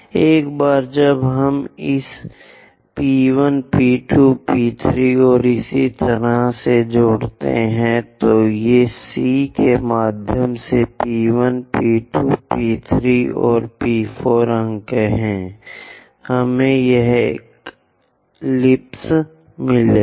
एक बार जब हम इस P 1 P 2 P 3 और इसी तरह से जुड़ते हैं तो ये C के माध्यम से P 1 P 2 P 3 और P 4 अंक हैं हमें यह एलिप्स मिलेगा